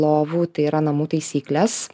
lovų tai yra namų taisyklės